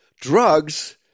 Drugs